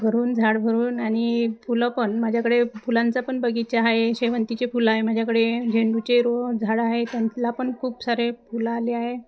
भरून झाड भरून आणि फुलं पण माझ्याकडे फुलांचा पण बगीचा आहे शेवंतीचे फुलं आहे माझ्याकडे झेंडूचे रो झाडं आहे त्याला पण खूप सारे फुलं आले आहे